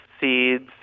seeds